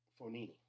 Fonini